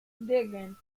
digging